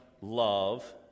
love